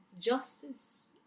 Justice